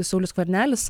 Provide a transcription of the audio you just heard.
saulius skvernelis